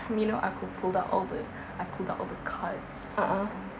you know aku pulled out all the I pulled out all the cards macam